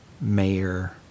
mayor